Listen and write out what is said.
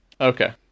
Okay